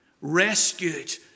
rescued